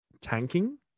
tanking